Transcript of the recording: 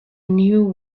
new